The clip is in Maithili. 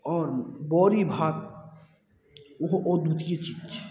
आओर बड़ी भात ओहो अद्वितीय चीज छै